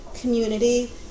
community